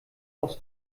aus